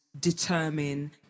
determine